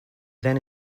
then